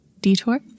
Detour